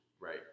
Right